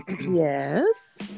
Yes